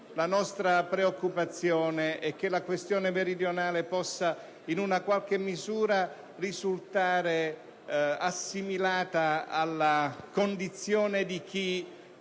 La nostra preoccupazione è che la questione meridionale possa in qualche misura risultare assimilata alla condizione di chi